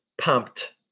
pumped